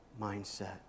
mindset